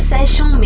Session